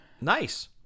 Nice